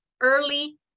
early